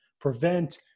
prevent